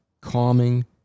calming